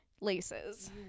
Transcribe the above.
laces